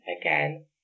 again